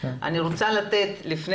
ואני רוצה לתת לעופר